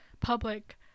public